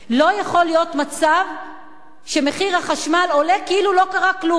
לא יכול להיות מצב שמחיר החשמל עולה כאילו לא קרה כלום.